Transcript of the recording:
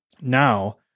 now